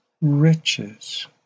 riches